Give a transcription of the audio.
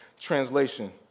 translation